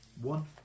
one